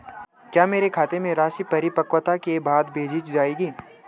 क्या मेरे खाते में राशि परिपक्वता के बाद भेजी जाएगी?